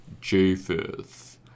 Japheth